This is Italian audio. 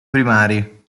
primari